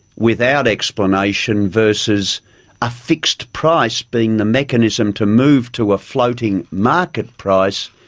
without explanation, versus a fixed price being the mechanism to move to a floating market price,